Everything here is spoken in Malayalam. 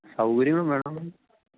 സൗകര്യങ്ങളും വേണം